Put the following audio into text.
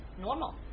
normal